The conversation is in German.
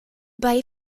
bei